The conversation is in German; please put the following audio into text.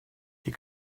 die